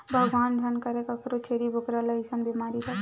भगवान झन करय कखरो छेरी बोकरा ल अइसन बेमारी लगय